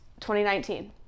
2019